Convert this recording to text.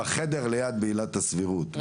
אנחנו דנים בחדר ליד בעילת הסבירות.